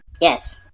Yes